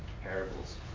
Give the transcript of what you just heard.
parables